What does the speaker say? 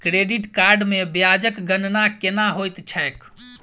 credit card मे ब्याजक गणना केना होइत छैक